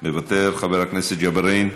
מוותר, חבר הכנסת ג'בארין,